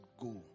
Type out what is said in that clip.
go